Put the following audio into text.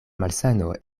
malsano